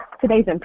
today's